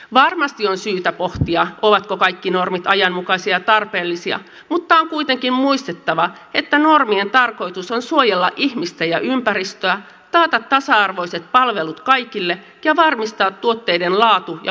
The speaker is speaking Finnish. varmasti on syytä pohtia ovatko kaikki normit ajanmukaisia ja tarpeellisia mutta on kuitenkin muistettava että normien tarkoitus on suojella ihmistä ja ympäristöä taata tasa arvoiset palvelut kaikille ja varmistaa tuotteiden laatu ja kuluttajien oikeudet